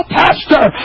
pastor